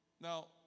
Now